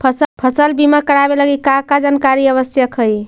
फसल बीमा करावे लगी का का जानकारी आवश्यक हइ?